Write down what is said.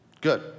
Good